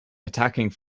attacking